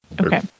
Okay